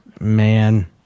Man